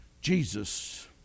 Jesus